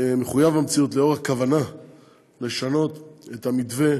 מחויב המציאות, לאור הכוונה לשנות את המתווה